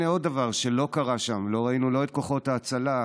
הינה עוד דבר שלא קרה שם: לא ראינו את כוחות ההצלה,